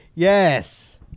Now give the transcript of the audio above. Yes